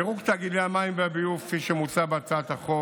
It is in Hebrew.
פירוק תאגידי המים והביוב, כפי שמוצע בהצעת החוק,